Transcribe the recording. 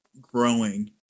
growing